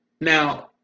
Now